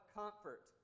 comfort